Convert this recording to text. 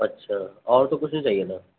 اچھا اور تو کچھ نہیں چاہیے تھا